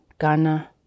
Ghana